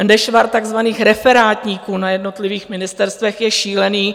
Nešvar takzvaných referátníků na jednotlivých ministerstvech je šílený.